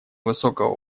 высокого